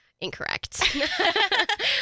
Incorrect